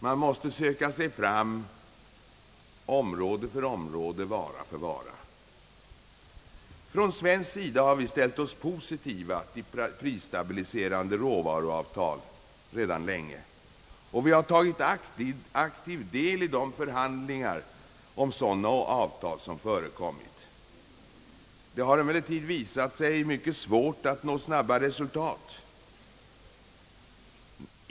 Man måste söka sig fram område för område, vara för vara. Från svensk sida har vi ställt oss positiva till prisstabiliserande råvaruavtal sedan länge, och vi har tagit aktiv del i de förhandlingar om sådana avtal som förekommit. Det har emellertid visat sig mycket svårt att nå snabba resultat.